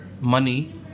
money